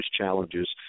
challenges